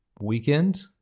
weekend